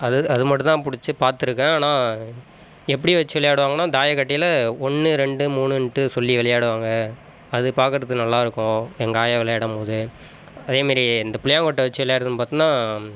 அது அது மட்டும் தான் பிடிச்சி பார்த்துருக்கேன் ஆனால் எப்படி வச்சு விளையாடுவாங்கன்னால் தாயக்கட்டையில ஒன்று ரெண்டு மூணுன்ட்டு சொல்லி விளையாடுவாங்கள் அது பார்க்கறதுக்கு நல்லாருக்கும் எங்கே ஆயா விளையாடும் போது அதேமாரி இந்த புளியாங்கொட்டை வச்சு விளையாடுறதுன்னு பாத்தோன்னா